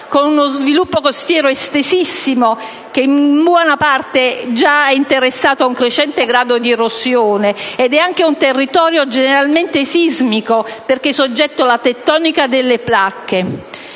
con uno sviluppo costiero estesissimo, che in buona parte già è interessato da un crescente grado di erosione. Ed è anche un territorio generalmente sismico, perché soggetto alla tettonica delle placche.